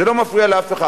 זה לא מפריע לאף אחד.